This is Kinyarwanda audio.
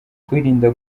kwirinda